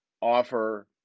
offer